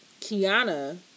Kiana